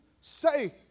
say